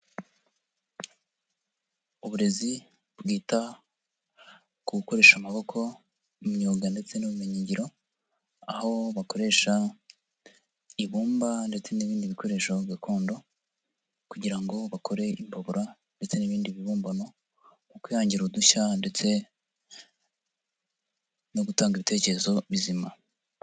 Uburezi bwita ku gukoresha amaboko mu myuga ndetse n'ubumenyingiro, aho bakoresha ibumba ndetse n'ibindi bikoresho gakondo kugira ngo bakore imbabura ndetse n'ibindi bibumbano, mu kwihangira udushya ndetse no gutanga ibitekerezo bizima.